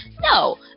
no